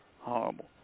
Horrible